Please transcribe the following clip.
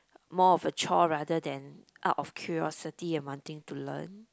more of a chore rather than out of curiosity and wanting to learn